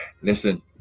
Listen